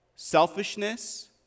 Selfishness